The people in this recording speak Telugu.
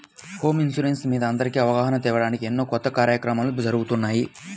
హోమ్ ఇన్సూరెన్స్ మీద అందరికీ అవగాహన తేవడానికి ఎన్నో కొత్త కార్యక్రమాలు జరుగుతున్నాయి